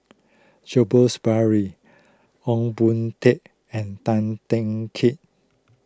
Jacobs Ballas Ong Boon Tat and Tan Teng Kee